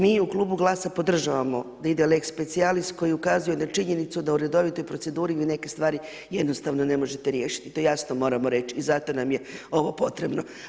Mi u klubu Glasa podržavamo da ide lex specialis koji ukazuje na činjenicu da u redovitoj proceduri vi neke stvari jednostavno ne možete riješiti, to jasno moramo reći i zato nam je ovo potrebno.